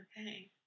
Okay